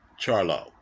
Charlo